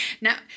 Now